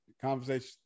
conversation